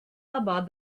about